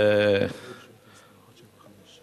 על חוק טל.